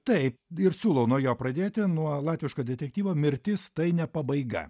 taip ir siūlau nuo jo pradėti nuo latviško detektyvo mirtis tai ne pabaiga